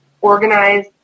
organize